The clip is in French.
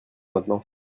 maintenant